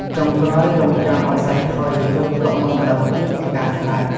ចុងក្រោយរង់ចាំឱ្យសាច់ផុយ រួចភ្លក្សមើលម្តងទៀតជាការស្រេច។